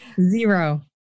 Zero